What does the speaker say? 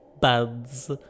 Buds